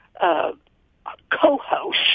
co-host